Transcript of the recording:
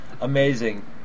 amazing